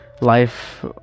Life